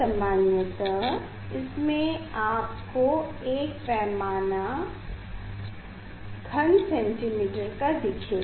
सामन्यतः इसमे आप को एक पैमाना घन cm का दिखेगा